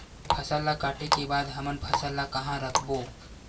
फसल ला काटे के बाद हमन फसल ल कहां रखबो?